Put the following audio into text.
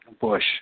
Bush